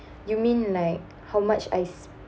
you mean like how much I